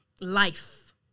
life